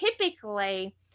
typically